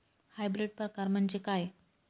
Hybrid प्रकार म्हणजे काय?